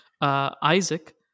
Isaac